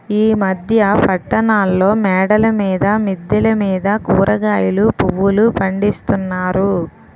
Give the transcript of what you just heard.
ఈ మధ్య పట్టణాల్లో మేడల మీద మిద్దెల మీద కూరగాయలు పువ్వులు పండిస్తున్నారు